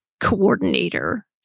coordinator